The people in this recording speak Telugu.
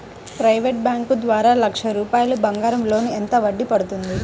ప్రైవేట్ బ్యాంకు ద్వారా లక్ష రూపాయలు బంగారం లోన్ ఎంత వడ్డీ పడుతుంది?